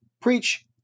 preach